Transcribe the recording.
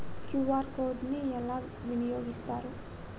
QR code ని ఎలా వినియోగిస్తారు?